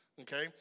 Okay